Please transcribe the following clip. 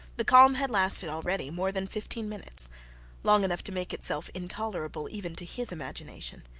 the calm had lasted already more than fifteen minutes long enough to make itself intolerable even to his imagination.